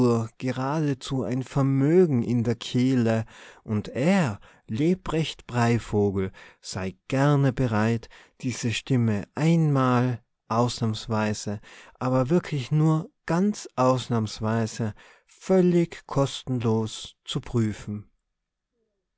geradezu ein vermögen in der kehle und er lebrecht breivogel sei gerne bereit diese stimme einmal ausnahmsweise aber wirklich nur ganz ausnahmsweise völlig kostenlos zu prüfen